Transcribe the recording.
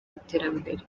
iterambere